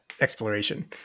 exploration